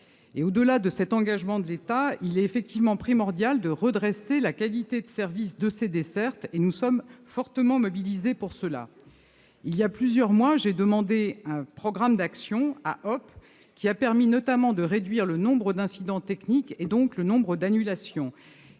Au-delà de cet engagement de l'État, il est effectivement primordial de redresser la qualité de service de ces dessertes, et nous sommes fortement mobilisés pour ce faire. Voilà plusieurs mois, j'ai demandé un programme d'action à Hop !, qui a permis notamment de réduire le nombre d'incidents techniques et donc le nombre d'annulations.